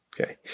Okay